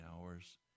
hours